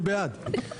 מי בעד?